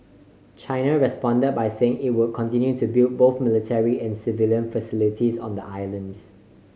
China responded by saying it would continue to build both military and civilian facilities on the islands